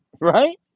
right